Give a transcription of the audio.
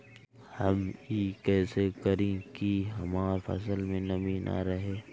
हम ई कइसे करी की हमार फसल में नमी ना रहे?